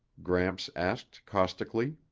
gramps asked caustically.